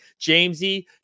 Jamesy